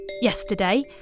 Yesterday